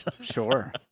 Sure